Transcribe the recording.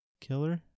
killer